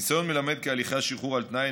הניסיון מלמד כי הליכי השחרור על תנאי,